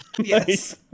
Yes